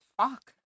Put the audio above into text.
Fuck